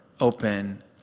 open